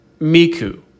Miku